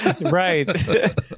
Right